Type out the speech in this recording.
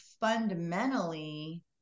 fundamentally